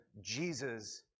Jesus